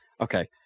Okay